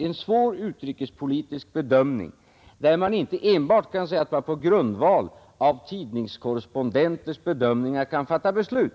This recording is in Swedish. en svår utrikespolitisk bedömning, där man inte enbart kan säga att man på grundval av tidningskorrespondenters bedömningar kan fatta beslut.